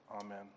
amen